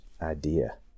idea